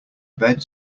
bed